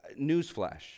Newsflash